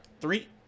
three